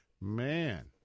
Man